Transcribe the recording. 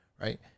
right